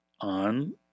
on